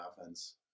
offense